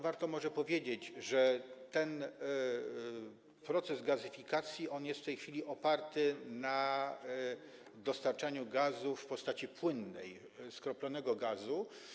Warto może powiedzieć, że ten proces gazyfikacji jest w tej chwili oparty na dostarczaniu gazu w postaci płynnej, skroplonego gazu.